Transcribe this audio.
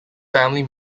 family